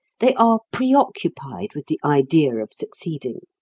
they are preoccupied with the idea of succeeding.